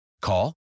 Call